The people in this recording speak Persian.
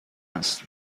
است